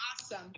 Awesome